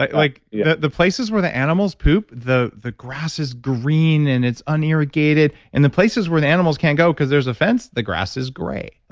ah like you know the places where the animals poop, the the grass is green, and it's unirrigated, and the places where the animals can't go because there's a fence, the grass is gray.